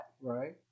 right